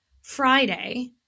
Friday